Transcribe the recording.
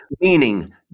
Meaning